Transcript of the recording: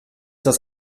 das